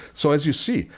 so as you see,